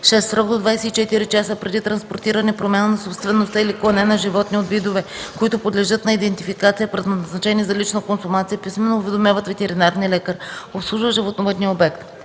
в срок до 24 часа преди транспортиране, промяна на собствеността или клане на животни от видове, които подлежат на идентификация, предназначени за лична консумация, писмено уведомяват ветеринарния лекар, обслужващ животновъдния обект;